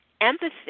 empathy